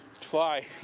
try